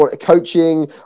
coaching